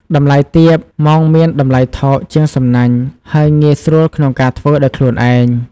តម្លៃទាប មងមានតម្លៃថោកជាងសំណាញ់ ហើយងាយស្រួលក្នុងការធ្វើដោយខ្លួនឯង។